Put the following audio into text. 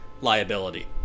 liability